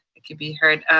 i can be heard.